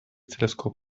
teleskop